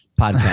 podcast